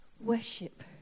worship